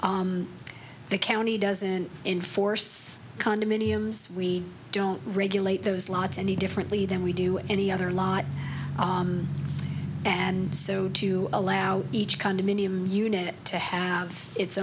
parcel the county doesn't enforce condominiums we don't regulate those lots any differently than we do any other lot and so to allow each condominium unit to have its